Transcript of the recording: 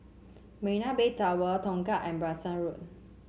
Marina Bay Tower Tongkang and Branksome Road